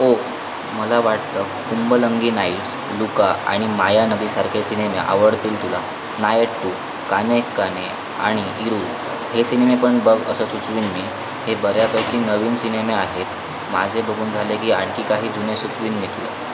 हो मला वाटतं कुंबलंगी नाईट्स लुका आणि मायानदी सारखे सिनेमे आवडतील तुला नायट्टू कानेक्काने आणि इरूल हे सिनेमे पण बघ असं सुचवीन मी हे बऱ्यापैकी नवीन सिनेमे आहेत माझे बघून झाले की आणखी काही जुने सुचवीन मी तुला